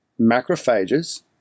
macrophages